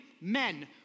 Men